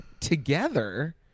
Together